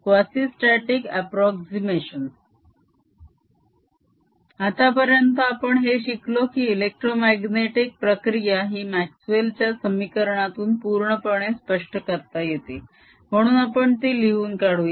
quasistatic approximation आतापर्यंत आपण हे शिकलो की एलेक्ट्रोमाग्नेटीक प्रक्रिया ही म्याक्स्वेल च्या समीकरणातून पूर्णपणे स्पष्ट करता येते म्हणून आपण ती लिहून काढूया